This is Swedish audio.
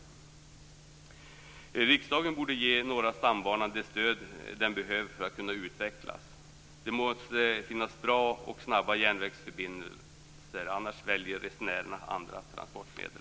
Riksdagen borde ge Norra stambanan det stöd som den behöver för att kunna utvecklas. Det måste finnas bra och snabba järnvägsförbindelser annars väljer resenärerna andra transportmedel.